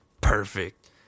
Perfect